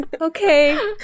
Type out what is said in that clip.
Okay